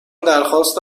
درخواست